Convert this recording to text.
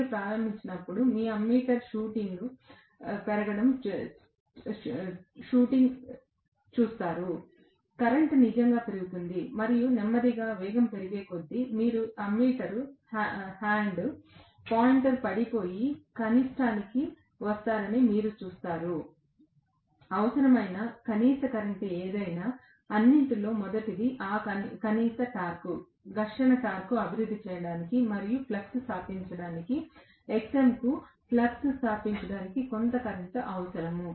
మీరు ప్రారంభించినప్పుడు మీరు అమ్మీటర్ షూటింగ్ రీడింగ్ పెరగడం చూస్తారు కరెంట్ నిజంగా పెరుగుతుంది మరియు నెమ్మదిగా వేగం పెరిగేకొద్దీ మీరు అమ్మీటర్ హ్యాండ్ పాయింటర్ పడిపోయి కనిష్టానికి వస్తారని మీరు చూస్తారు అవసరమైన కనీస కరెంట్ ఏమైనా అన్నింటిలో మొదటిది ఆ కనీస టార్క్ ఘర్షణ టార్క్ను అభివృద్ధి చేయడానికి మరియు ఫ్లక్స్ను స్థాపించడానికి Xm కు ఫ్లక్స్ స్థాపించడానికి కొంత కరెంట్ అవసరం